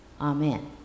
Amen